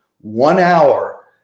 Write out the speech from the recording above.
one-hour